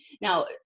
Now